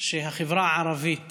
שהחברה הערבית,